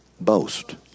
boast